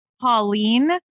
Pauline